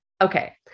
Okay